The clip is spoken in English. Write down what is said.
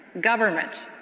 Government